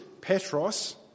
Petros